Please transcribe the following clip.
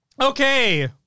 Okay